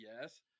yes